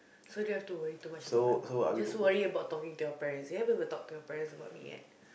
so you don't have to worry too much about my mum just worry about talking to your parents you haven't even talk to your parents about me yet